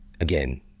again